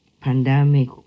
pandemic